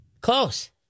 close